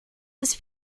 was